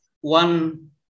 one